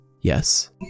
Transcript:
yes